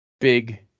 big